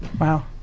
wow